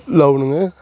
लाव नोंङो